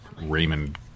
Raymond